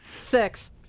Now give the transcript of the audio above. six